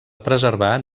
preservar